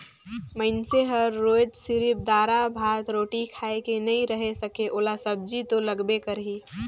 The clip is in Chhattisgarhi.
मइनसे हर रोयज सिरिफ दारा, भात, रोटी खाए के नइ रहें सके ओला सब्जी तो लगबे करही